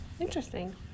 Interesting